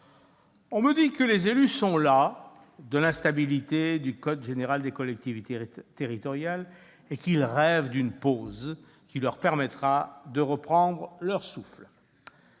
On me dit que les élus sont las de l'instabilité du code général des collectivités territoriales et qu'ils rêvent d'une pause qui leur permettra de reprendre leur souffle.